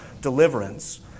deliverance